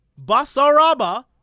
Basaraba